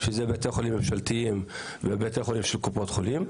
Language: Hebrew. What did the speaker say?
שזה בתי החולים הממשלתיים ובתי החולים של קופות החולים,